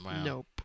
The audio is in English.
nope